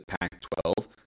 Pac-12